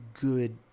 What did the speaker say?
good